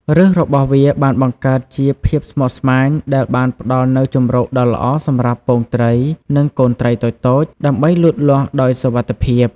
ឫសរបស់វាបានបង្កើតបានជាភាពស្មុគស្មាញដែលបានផ្តល់នូវជម្រកដ៏ល្អសម្រាប់ពងត្រី និងកូនត្រីតូចៗ ដើម្បីលូតលាស់ដោយសុវត្ថិភាព។